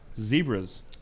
zebras